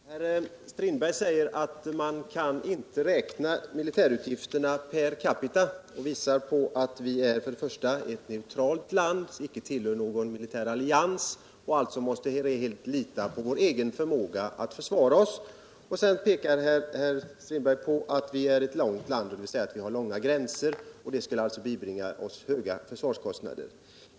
Herr talman! Herr Strindberg säger att man kan inte räkna militärutgifterna per capita. Han pekar på att Sverige är ett neutralt land som inte tillhör någon militärallians och att vi alltså helt måste lita till vår egen förmåga att försvara oss. Herr Strindberg säger vidare att vårt land har långa gränser, vilket alltså skulle ådra oss stora försvarskostnader.